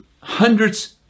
hundreds